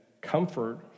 comfort